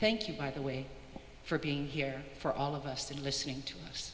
thank you by the way for being here for all of us and listening to us